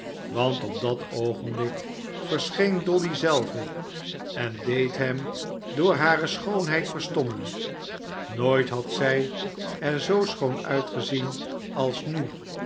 want op dat oogenblik verscheen dolly zelve en deed hem door hare schoonheid verstommen nooit had zij er zoo schoon uitgezien als nu